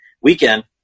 weekend